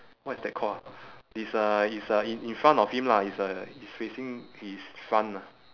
wwhat is that called ah it's uh it's uh i~ in front of him lah it's uh it's facing his front ah